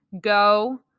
go